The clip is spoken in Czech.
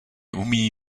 umí